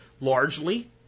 largely